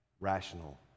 Rational